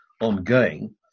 ongoing